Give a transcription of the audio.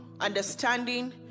understanding